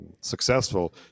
successful